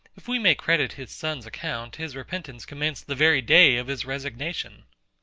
if we may credit his son's account, his repentance commenced the very day of his resignation.